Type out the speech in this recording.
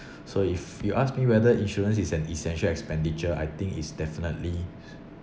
so if you ask me whether insurance is an essential expenditure I think it's definitely